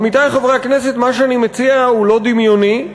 עמיתי חברי הכנסת, מה שאני מציע אינו דמיוני,